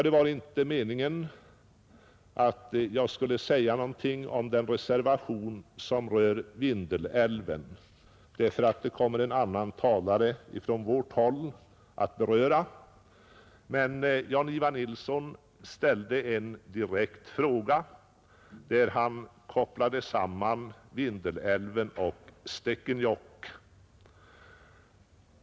Det var inte meningen att jag skulle tala om den reservation som rör Vindelälven; den kommer nämligen en annan talare från vårt håll att beröra. Men Jan-Ivan Nilsson i Tvärålund ställde en direkt fråga och kopplade därvid samman Vindelälven och Stekenjokk.